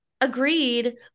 agreed